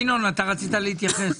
רצינו שהקרוב יהיה,